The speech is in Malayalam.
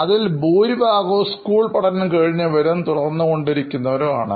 അതിൽ ഇതിൽ ഭൂരിഭാഗവും സ്കൂൾ പഠനം കഴിഞ്ഞവരും തുടർന്നുകൊണ്ടിരിക്കുന്നവരും ആണ്